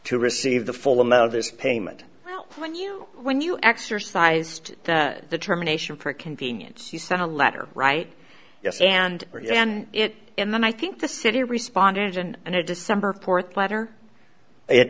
to receive the full amount of this payment when you when you exercised the determination for convenience you sent a letter right yes and and it and then i think the city responded and it december port platter it